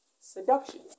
seduction